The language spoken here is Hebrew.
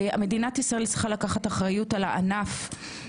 לקחת אחריות על הענף.